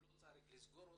לא צריך לסגור אותו,